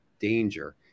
danger